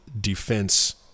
defense